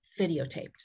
videotaped